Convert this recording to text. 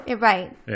right